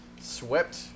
swept